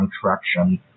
contraction